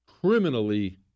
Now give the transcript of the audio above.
criminally